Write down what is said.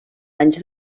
anys